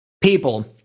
people